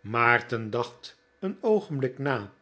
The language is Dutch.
maarten dacht een oogenblik na